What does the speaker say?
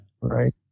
Right